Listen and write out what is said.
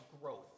growth